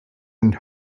and